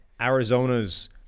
Arizona's